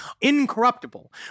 incorruptible